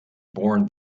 born